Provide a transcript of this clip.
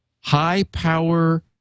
high-power